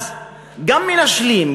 אז גם מנשלים,